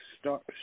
start